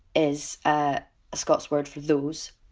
is ah scots word for! those,